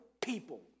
people